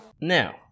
Now